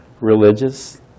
religious